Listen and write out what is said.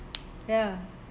ya